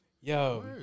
yo